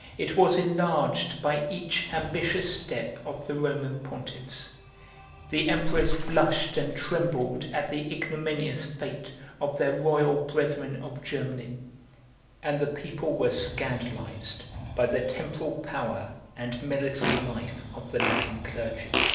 it was enlarged by each ambitious step of the roman pontiffs the emperors blushed and trembled at the ignominious fate of their royal brethren of germany and the people were scandalized by the temporal power and military life of the latin clergy.